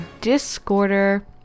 Discorder